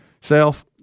self